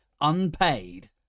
unpaid